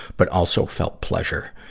but also felt pleasure.